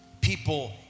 people